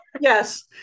Yes